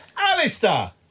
Alistair